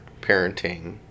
parenting